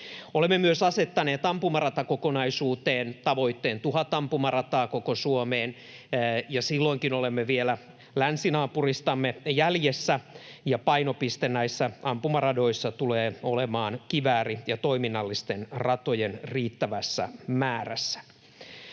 Olemme myös asettaneet ampumaratakokonaisuuteen tavoitteeksi tuhat ampumarataa koko Suomeen, ja silloinkin olemme vielä länsinaapuristamme jäljessä. Painopiste näissä ampumaradoissa tulee olemaan kivääri- ja toiminnallisten ratojen riittävässä määrässä.